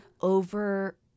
over